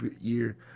year